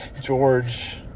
George